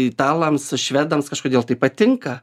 italams švedams kažkodėl tai patinka